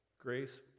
grace